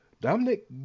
Dominic